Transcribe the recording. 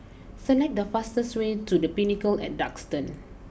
select the fastest way to the Pinnacle at Duxton